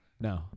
No